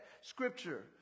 scripture